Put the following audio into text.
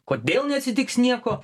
kodėl neatsitiks nieko